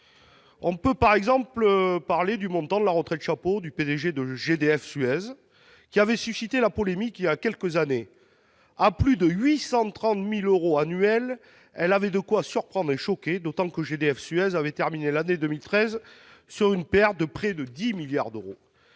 en jeu. Par exemple, le montant de la retraite « chapeau » du PDG de GDF Suez avait suscité la polémique il y a quelques années : supérieur à 830 000 euros annuels, il avait de quoi surprendre et choquer, d'autant que GDF Suez avait terminé l'année 2013 sur une perte de près de 10 milliards d'euros